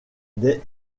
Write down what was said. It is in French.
des